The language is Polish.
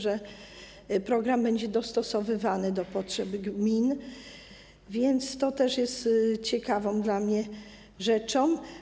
że program będzie dostosowywany do potrzeb gmin, więc to też jest ciekawą dla mnie rzeczą.